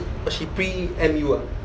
but she preempt you ah